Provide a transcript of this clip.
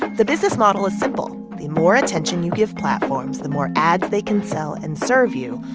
the business model is simple the more attention you give platforms, the more ads they can sell and serve you,